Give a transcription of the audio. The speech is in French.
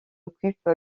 occupe